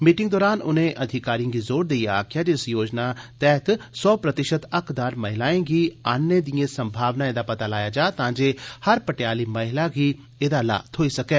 meeting दौरान उनें अधिकारिए गी जोर देईए आक्खेआ जे इस योजना तैह्त सौ प्रतिशत हक्कदार महिलाएं गी आनने दिए संभावनाए दा पता लाया जा तां जे हर भटेयाली महिला गी एह्दा लाह् थ्होई सकै